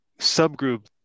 subgroup